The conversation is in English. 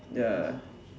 ya